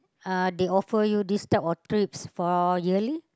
uh they offer you these type of trips for yearly